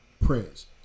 Prince